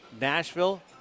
nashville